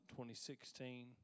2016